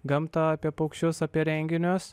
gamtą apie paukščius apie renginius